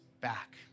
back